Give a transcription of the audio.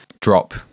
drop